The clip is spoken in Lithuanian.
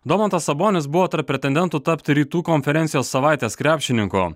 domantas sabonis buvo tarp pretendentų tapti rytų konferencijos savaitės krepšininku